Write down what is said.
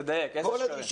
תדייק, איזה שקרים?